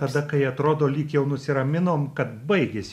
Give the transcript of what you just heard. tada kai atrodo lyg jau nusiraminom kad baigėsi